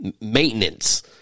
maintenance